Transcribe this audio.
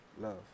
Love